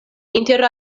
inter